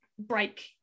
break